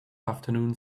afternoon